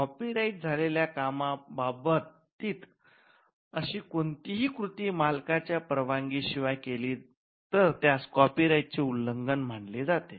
copy right झालेल्या कामाबाबतीत अशी कोणतीही कृती मालकाच्या परवानगीशिवाय केली तर त्यास कॉपी राईट चे उल्लंघन मानले जाते